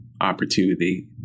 opportunity